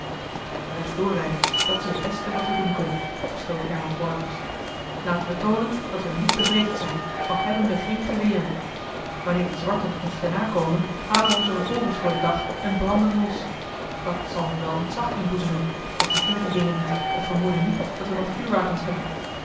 recht doorrijden dat is het beste wat we doen kunnen besloot herman borgers laten we toonen dat we niet bevreesd zijn al hebben we geen geweren wanneer de zwarten ons te na komen halen we onze revolvers voor den dag en branden los dat zal hun wel ontzag inboezemen want ze kennen die dingen niet of vermoeden niet dat we nog vuurwapens bezitten wellicht hebben